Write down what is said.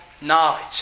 knowledge